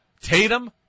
Tatum